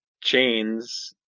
chains